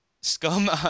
Scum